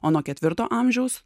o nuo ketvirto amžiaus